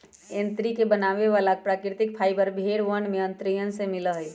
तंत्री के बनावे वाला प्राकृतिक फाइबर भेड़ वन के अंतड़ियन से मिला हई